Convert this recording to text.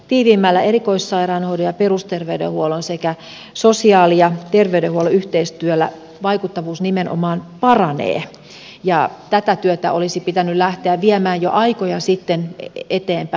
tiiviimmällä erikoissairaanhoidon ja perusterveydenhuollon sekä sosiaali ja terveydenhuollon yhteistyöllä vaikuttavuus nimenomaan paranee ja tätä työtä olisi pitänyt lähteä viemään jo aikoja sitten eteenpäin